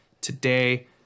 today